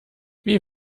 wie